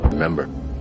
Remember